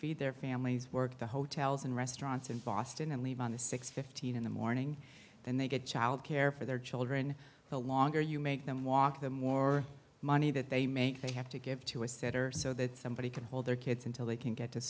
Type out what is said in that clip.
feed their families work the hotels and restaurants in boston and leave on the six fifteen in the morning and they get childcare for their children the longer you make them walk the more money that they have to give to a sitter so that somebody can hold their kids until they can get to